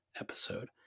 episode